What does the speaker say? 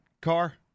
car